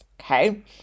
Okay